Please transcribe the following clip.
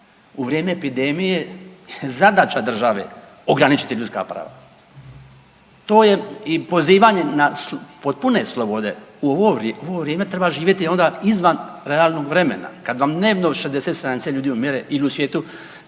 U vrijeme epidemije je zadaća države ograničiti ljudska prava. To je i pozivanje na potpune slobode, u ovo vrijeme treba živjeti onda izvan realnog vremena kad vam dnevno 60-70 ljudi umire ili u svijetu